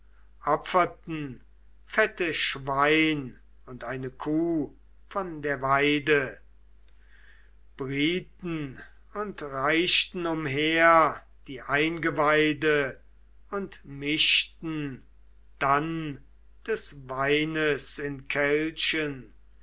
opferten fette schwein und eine kuh von der weide brieten und reichten umher die eingeweide und mischten dann des weines in kelchen